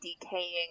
decaying